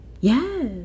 Yes